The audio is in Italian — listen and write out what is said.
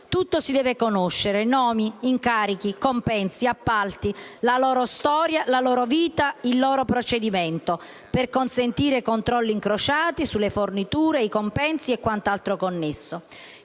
Tutto si deve conoscere: nomi, incarichi, compensi, appalti, la loro storia, la loro vita, il loro procedimento, per consentire controlli incrociati sulle forniture, sui compensi e su quant'altro connesso.